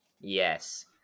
yes